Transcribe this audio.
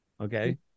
Okay